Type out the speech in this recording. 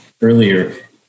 earlier